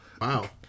wow